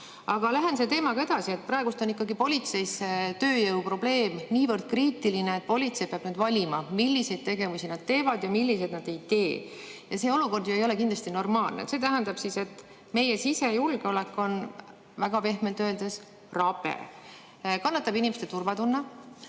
lähen selle teemaga edasi. Praegu on ikkagi politseis tööjõuprobleem niivõrd kriitiline, et politsei peab nüüd valima, milliseid tegevusi nad teevad ja milliseid nad ei tee. See olukord ei ole kindlasti normaalne. See tähendab, et meie sisejulgeolek on väga pehmelt öeldes rabe, kannatab inimeste turvatunne,